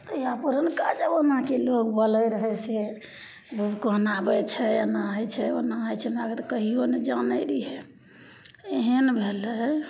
तहिआ पुरनका जमानाके लोग बोलय रहयसे भूकम्प आबय छै एना होइ छै ओना होइ छै हमरा तऽ कहिओ नहि जानय रहियै एहन भेलय